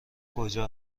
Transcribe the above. کجا